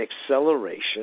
acceleration